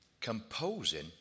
Composing